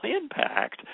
impact